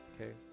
okay